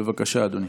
בבקשה, אדוני.